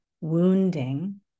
wounding